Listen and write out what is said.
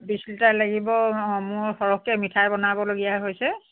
বিছ লিটাৰ লাগিব অঁ মোৰ সৰহকৈ মিঠাই বনাবলগীয়া হৈছে